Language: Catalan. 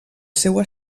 seua